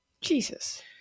Jesus